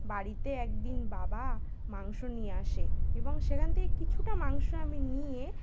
বাড়িতে একদিন বাবা মাংস নিয়ে আসে এবং সেখান থেকে কিছুটা মাংস আমি নিয়ে